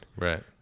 right